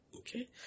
Okay